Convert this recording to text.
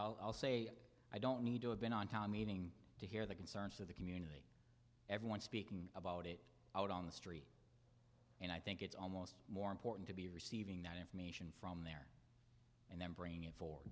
but i'll say i don't need to have been on town meeting to hear the concerns of the community everyone speaking about it out on the street and i think it's almost more important to be receiving that information from there and then bring it for